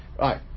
right